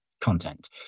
content